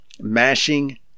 mashing